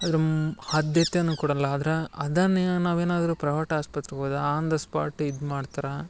ಅದ್ರ್ ಆದ್ಯತೆನ ಕೊಡಲ್ಲ ಆದ್ರ ಅದನ್ನೇ ನಾವ್ ಏನಾದ್ರು ಪ್ರವಟ್ ಆಸ್ಪತ್ರೆಗ್ ಓದ ಆನ್ ದ ಸ್ಪಾಟ್ ಇದ್ ಮಾಡ್ತರಾ